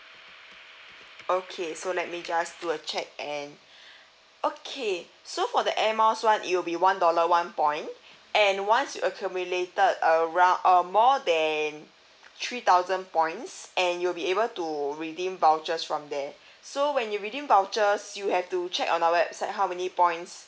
okay so let me just do a check and okay so for the air miles one it will be one dollar one point and once you accumulated around err more than three thousand points and you'll be able to redeem vouchers from there so when you redeem vouchers you have to check on our website how many points